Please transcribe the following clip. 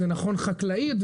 זה נכון חקלאית,